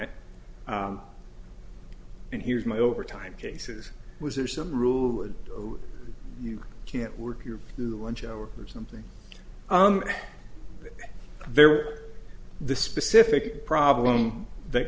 it and here's my overtime cases was there some rule you can't work your lunch hour or something but there were the specific problem that